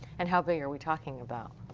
and how big are we talking about?